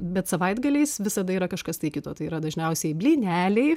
bet savaitgaliais visada yra kažkas tai kito tai yra dažniausiai blyneliai